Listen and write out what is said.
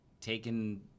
taken